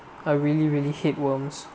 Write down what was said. I really really hate worms